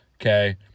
Okay